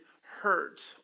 hurt